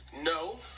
No